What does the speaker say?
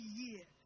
year